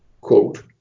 quote